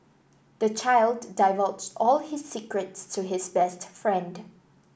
the child divulged all his secrets to his best friend